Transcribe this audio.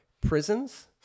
prisons